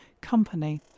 company